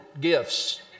gifts